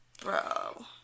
Bro